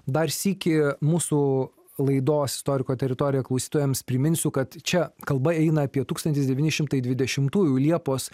dar sykį mūsų laidos istoriko teritorija klausytojams priminsiu kad čia kalba eina apie tūkstantis devyni šimtai dvidešimtųjų liepos